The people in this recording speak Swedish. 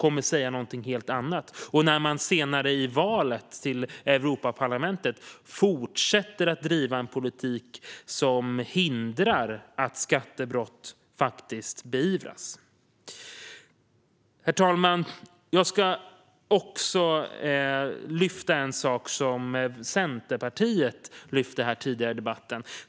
Man kommer dessutom att senare vid valet till Europaparlamentet fortsätta att driva en politik som förhindrar att skattebrott beivras. Herr talman! Jag vill också lyfta fram en sak som Centerpartiet tidigare tog upp i debatten.